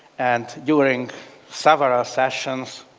and during several sessions,